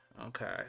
Okay